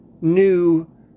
new